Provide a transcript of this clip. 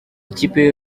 ikipe